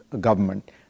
government